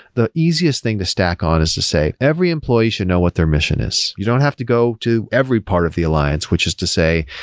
the easiest thing to stack on is to say, every employee should know what their mission is. you don't have to go to every part of the alliance, which is to say,